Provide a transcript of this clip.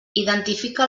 identifica